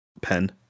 pen